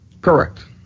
Correct